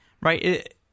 right